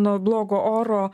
nuo blogo oro